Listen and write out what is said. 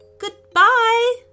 Goodbye